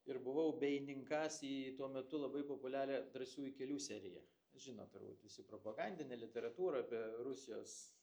ir buvau beįninkąs į tuo metu labai populiarią drąsiųjų kelių seriją žinot turbūt visi propagandinė literatūra apie rusijos